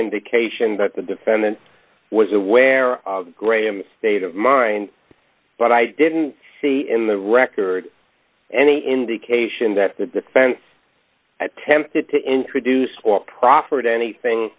indication that the defendant was aware great state of mind but i didn't see in the record any indication that the defense attempted to introduce or proffered anything